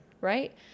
Right